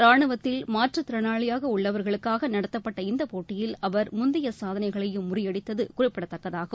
ராணுவத்தில் மாற்றுத்திறனாளியாக உள்ளவர்களுக்காக நடத்தப்பட்ட இந்த போட்டியில் அவர் முந்தைய சாதனைகளையும் முறியடித்தது குறிப்பிடத்தக்கதாகும்